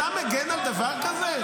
אתה מגן על דבר כזה?